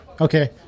Okay